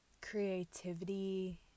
creativity